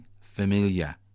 familiar